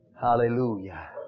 Hallelujah